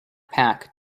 pack